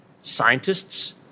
scientists